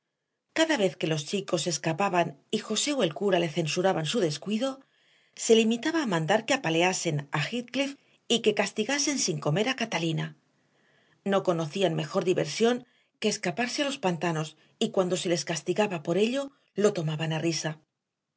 cada vez que los chicos se escapaban y josé o el cura le censuraban su descuido se limitaba a mandar que apaleasen a heathcliff y que castigasen sin comer a catalina no conocían mejor diversión que escaparse a los pantanos y cuando se les castigaba por ello lo tomaban a risa